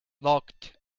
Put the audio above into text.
locked